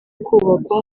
kubakwa